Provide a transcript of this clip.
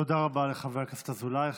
תודה רבה לחבר הכנסת אזולאי.